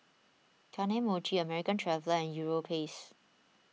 Kane Mochi American Traveller and Europace